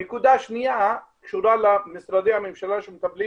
הנקודה השנייה קשורה למשרדי הממשלה שמטפלים